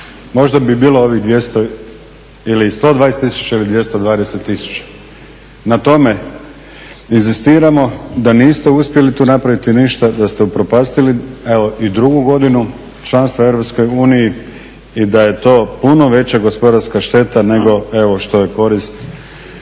Možda bi bilo ovih 200 ili 120 tisuća ili 220 tisuća. Na tome inzistiramo, da niste uspjeli tu napraviti ništa, da ste upropastili evo i drugu godinu članstva u EU i da je to puno veća gospodarska šteta nego evo što je korist